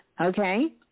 Okay